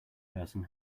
person